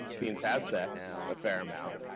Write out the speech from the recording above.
teens have sex a fair amount.